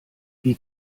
wie